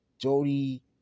Jody